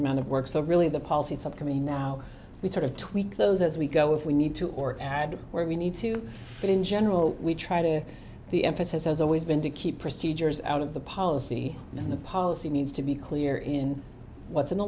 amount of work so really the policy subcommittee now we sort of tweak those as we go if we need to or add where we need to but in general we try to the emphasis has always been to keep procedures out of the policy and the policy needs to be clear in what's in the